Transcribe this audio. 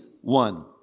One